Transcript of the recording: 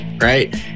right